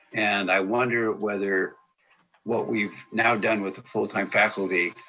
and i wonder whether what we've now done with the full time faculty,